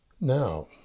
Now